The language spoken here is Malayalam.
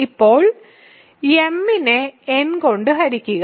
ഇപ്പോൾ m നെ n കൊണ്ട് ഹരിക്കുക